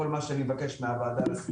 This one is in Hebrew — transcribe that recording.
שחלפו.